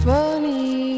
funny